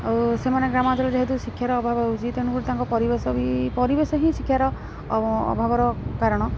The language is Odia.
ଆଉ ସେମାନେ ଗ୍ରାମାଞ୍ଚଳରେ ଯେହେତୁ ଶିକ୍ଷାର ଅଭାବ ହେଉଛି ତେଣୁ କରି ତାଙ୍କ ପରିବେଶ ବି ପରିବେଶ ହିଁ ଶିକ୍ଷାର ଅଭାବର କାରଣ